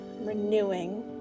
renewing